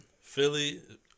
Philly